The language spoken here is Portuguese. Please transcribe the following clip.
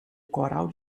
coral